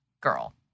girl